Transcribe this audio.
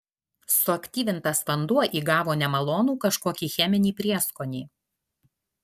suaktyvintas vanduo įgavo nemalonų kažkokį cheminį prieskonį